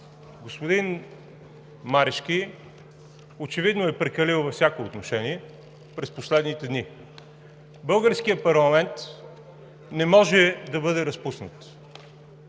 Господин Марешки очевидно е прекалил във всяко отношение през последните дни. Българският парламент не може да бъде разпуснат,